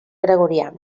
gregorià